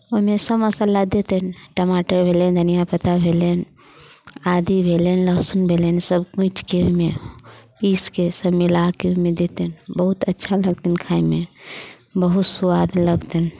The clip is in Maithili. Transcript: ओहिमे सभ मसाला देतनि टमाटर भेलनि धनिया पत्ता भेलनि आदी भेलनि लहसुन भेलनि सभ कुटि कऽ ओहिमे पीसि कऽ सभ मिला कऽ ओहिमे देतनि बहुत अच्छा लगतनि खाइमे बहुत स्वाद लगतनि